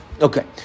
Okay